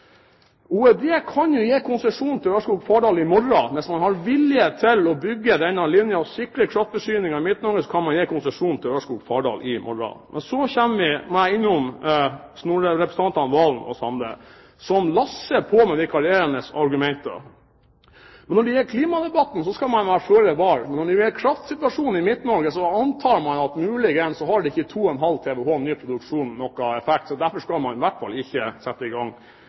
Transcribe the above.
kan jo gi konsesjon til Ørskog–Fardal i morgen. Hvis man har vilje til å bygge denne linjen og sikre kraftforsyningen i Midt-Norge, så kan man gi konsesjon til Ørskog–Fardal i morgen. Men så må jeg innom representantene Serigstad Valen og Sande, som lesser på med vikarierende argumenter: Når det gjelder klimadebatten, skal man være før var. Men når det gjelder kraftsituasjonen i Midt-Norge, antar man at muligens har ikke 2,5 TWh mer produksjon noen effekt, så derfor skal man i hvert fall ikke sette i gang